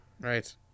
right